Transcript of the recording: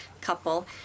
couple